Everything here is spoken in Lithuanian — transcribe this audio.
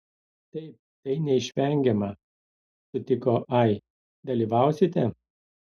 taip tai neišvengiama sutiko ai dalyvausite